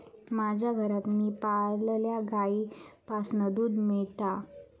माज्या घरात मी पाळलल्या गाईंपासना दूध मेळता